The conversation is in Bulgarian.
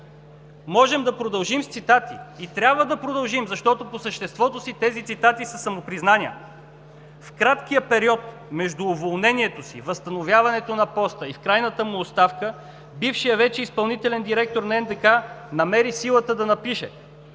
Можем да продължим с цитати и трябва да продължим, защото по съществото си тези цитати са самопризнания. В краткия период между уволнението си, възстановяването на поста си и крайната му оставка, бившият вече изпълнителен директор на НДК намери силата да напише: